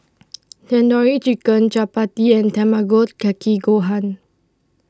Tandoori Chicken Chapati and Tamago Kake Gohan